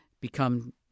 become